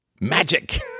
Magic